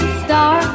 star